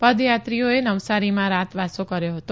પદયાત્રીઓએ નવસારીમાં રાતવાસો કર્યો હતો